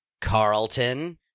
Carlton